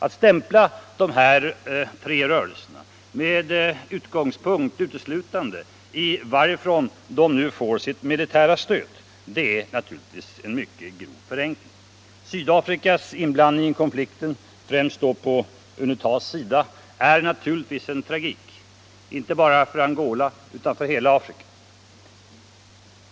Att stämpla de här tre rörelserna med utgångspunkt uteslutande i varifrån de nu får sitt militära stöd är en mycket grov förenkling. Sydafrikas inblandning i konflikten, främst på UNITA:s sida, är naturligtvis en tragik, inte bara för Angola utan för hela Afrika.